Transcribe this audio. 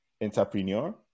entrepreneur